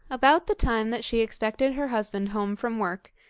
about the time that she expected her husband home from work,